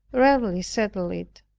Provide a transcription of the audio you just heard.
rarely settle it